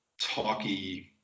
talky